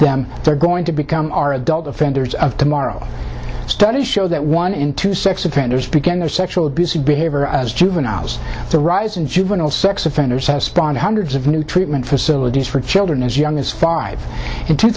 them they're going to become our adult offenders of tomorrow studies show that one in two sex offenders begin their sexual abuse of behavior as juveniles the rise in juvenile sex offenders spawn hundreds of new treatment facilities for children as young as five in two